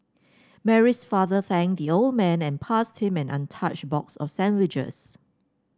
Mary's father thanked the old man and passed him an untouched box of sandwiches